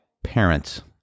parents